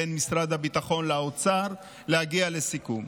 בין משרד הביטחון לאוצר להגיע לסיכום.